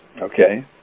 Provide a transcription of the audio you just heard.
Okay